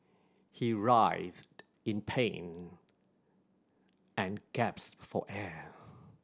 he writhed in pain and gasped for air